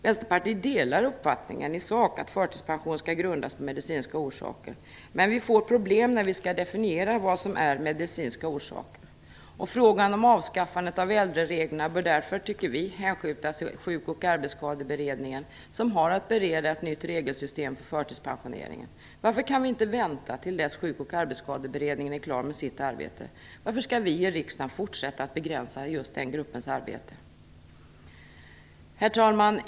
Vänsterpartiet delar uppfattningen att förtidspension skall grundas på medicinska orsaker. Men vi får problem när vi skall definiera vad som är medicinska orsaker. Frågan om avskaffandet av äldrereglerna bör därför, tycker vi, hänskjutas till Sjuk och arbetsskadeberedningen, som har att bereda ett nytt regelsystem för förtidspensioneringen. Varför kan vi inte vänta till dess Sjuk och arbetsskadeberedningen är klar med sitt arbete? Varför skall vi i riksdagen fortsätta att begränsa den gruppens arbete? Herr talman!